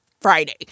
friday